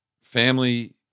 family